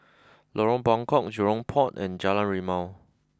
Lorong Buangkok Jurong Port and Jalan Rimau